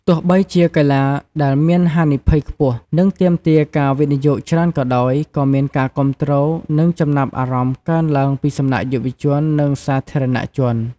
ទោះបីជាជាកីឡាដែលមានហានិភ័យខ្ពស់ និងទាមទារការវិនិយោគច្រើនក៏ដោយ ក៏មានការគាំទ្រ និងចំណាប់អារម្មណ៍កើនឡើងពីសំណាក់យុវជន និងសាធារណជន។